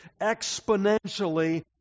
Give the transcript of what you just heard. exponentially